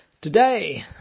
Today